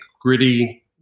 gritty